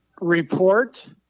report